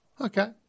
okay